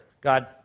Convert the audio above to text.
God